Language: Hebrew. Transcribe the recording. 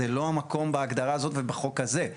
זה לא המקום בהגדרה הזאת ובחוק הזה.